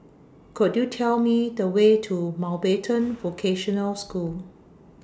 Could YOU Tell Me The Way to Mountbatten Vocational School